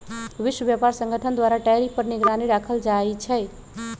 विश्व व्यापार संगठन द्वारा टैरिफ पर निगरानी राखल जाइ छै